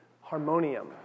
harmonium